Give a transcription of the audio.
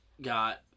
got